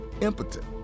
impotent